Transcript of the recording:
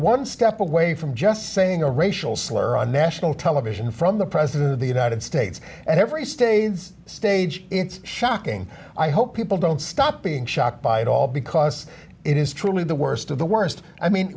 one step away from just saying a racial slur on national television from the president of the united states and every stays stage it's shocking i hope people don't stop being shocked by it all because it is truly the worst of the worst i mean